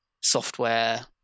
software